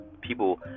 People